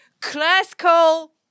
classical